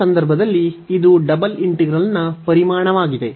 ಈ ಸಂದರ್ಭದಲ್ಲಿ ಇದು ಡಬಲ್ ಇಂಟಿಗ್ರಲ್ನ ಪರಿಮಾಣವಾಗಿದೆ